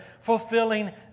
fulfilling